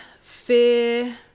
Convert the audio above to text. fear